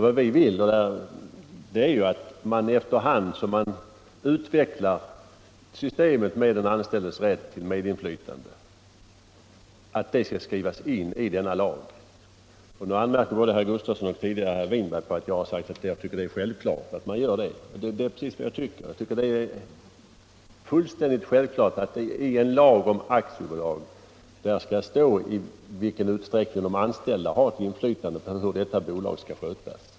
Vad vi vill är ju att systemet med de anställdas rätt till medinflytande efter hand som det utvecklas skall skrivas in i denna lag. Nu anmärker både herr Gustafsson och herr Winberg på att jag tycker att det är självklart att göra det. Jag tycker det är fullständigt självklart att det i en lag om aktiebolag skall stå i vilken utsträckning de anställda har inflytande på hur aktiebolaget skall skötas.